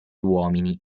uomini